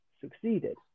succeeded